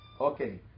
Okay